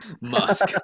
Musk